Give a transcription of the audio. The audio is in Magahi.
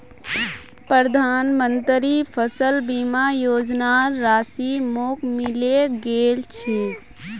प्रधानमंत्री फसल बीमा योजनार राशि मोक मिले गेल छै